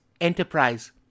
Enterprise